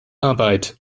arbeit